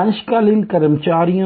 अंशकालीन कर्मचारी